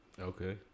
Okay